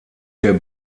der